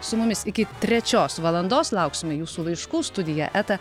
su mumis iki trečios valandos lauksime jūsų laiškų studija eta